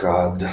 God